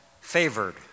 favored